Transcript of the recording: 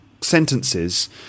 sentences